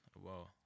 wow